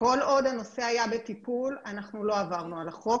כל עוד הנושא היה בטיפול אנחנו לא עברנו על החוק